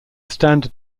standard